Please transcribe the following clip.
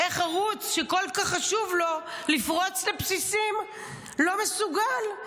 איך ערוץ שכל כך חשוב לו לפרוץ לבסיסים לא מסוגל,